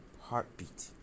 heartbeat